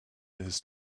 his